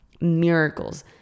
Miracles